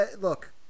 look